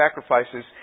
sacrifices